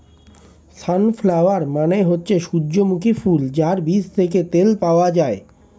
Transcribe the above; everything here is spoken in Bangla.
সানফ্লাওয়ার মানে হচ্ছে সূর্যমুখী ফুল যার বীজ থেকে তেল পাওয়া যায়